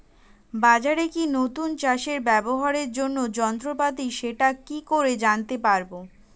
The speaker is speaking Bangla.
বাজারে কি নতুন চাষে ব্যবহারের জন্য যন্ত্রপাতি সেটা কি করে জানতে পারব?